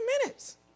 minutes